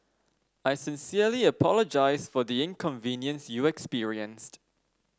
I sincerely apologise for the inconvenience you experienced